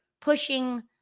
pushing